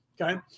Okay